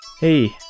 Hey